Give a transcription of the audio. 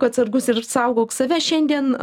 būk atsargus ir saugok save šiandien